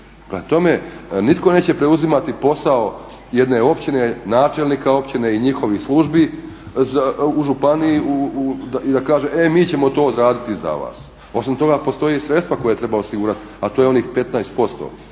Prema tome, nitko neće preuzimati posao jedne općine, načelnika općine i njihovih službi u županiji i da kaže e mi ćemo to odraditi za vas. Osim toga postoje i sredstva koja treba osigurati, a to je onih 15%